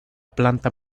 planta